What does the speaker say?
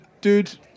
dude